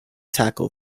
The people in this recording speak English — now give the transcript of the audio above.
tackle